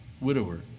widower